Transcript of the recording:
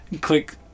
click